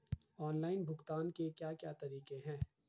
Online भुगतान के क्या क्या तरीके हैं?